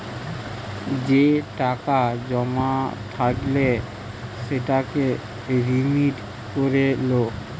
যে টাকা জমা থাইকলে সেটাকে রিডিম করে লো